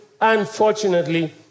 unfortunately